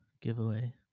giveaway